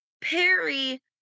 Perry